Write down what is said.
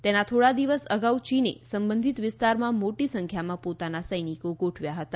તેના થોડા દિવસ અગાઉ ચીને સંબધિત વિસ્તારમાં મોટી સંખ્યામાં પોતાના સૈનિકો ગોઠવ્યા હતા